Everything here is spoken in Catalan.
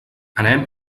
anem